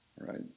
Right